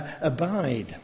abide